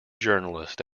journalist